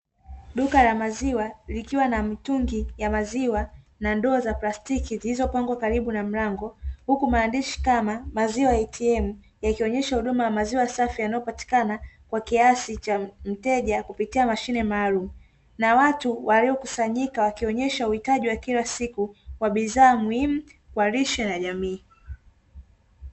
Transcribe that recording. Duka la maziwa likiwa na mitungi ya maziwa, na ndoo za plastiki zilizopangwa karibu na mlango, huku maandishi kama ''maziwa atm'' yakionyesha huduma ya maziwa safi yanayopatikana kwa kiasi cha mteja kupitia mashine maalumu. Na watu waliokusanyika wakionyesha uhitaji wa kila siku, wa bidhaa muhimu kwa lishe na jamii.